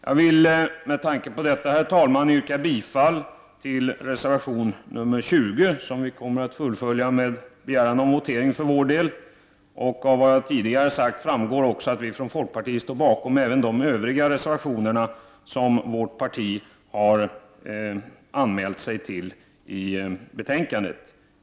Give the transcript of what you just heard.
Jag vill med tanke på detta yrka bifall till reservation 20, som vi kommer att begära votering till förmån för. Av vad jag tidigare har sagt framgår också att vi i folkpartiet står bakom de övriga reservationer i betänkandet som vårt parti har undertecknat.